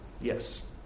Yes